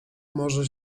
może